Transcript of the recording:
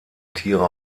tiere